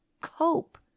cope